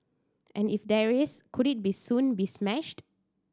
and if there is could it soon be smashed